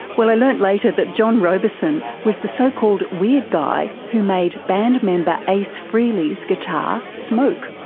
well, i learnt later that john robison was the so-called weird guy who made band member ace frehely's guitar smoke,